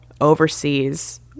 overseas